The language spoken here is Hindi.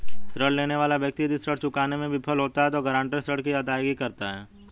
ऋण लेने वाला व्यक्ति यदि ऋण चुकाने में विफल होता है तो गारंटर ऋण की अदायगी करता है